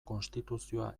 konstituzioa